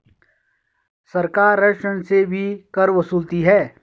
सरकार रेस्टोरेंट से भी कर वसूलती है